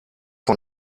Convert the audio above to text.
von